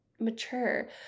mature